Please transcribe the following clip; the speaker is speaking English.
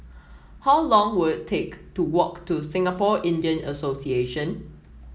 how long will it take to walk to Singapore Indian Association